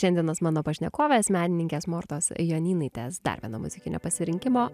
šiandienos mano pašnekovės menininkės mortos jonynaitės dar vieno muzikinio pasirinkimo